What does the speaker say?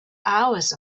hours